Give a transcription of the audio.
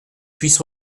puisse